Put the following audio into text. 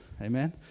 Amen